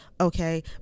Okay